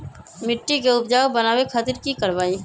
मिट्टी के उपजाऊ बनावे खातिर की करवाई?